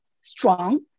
strong